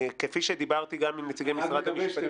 כפי שדיברתי גם עם נציגי משרד המשפטים --- אני רק מקווה